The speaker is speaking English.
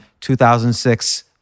2006